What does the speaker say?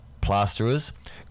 plasterers